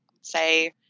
say